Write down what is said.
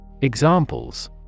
Examples